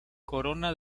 corona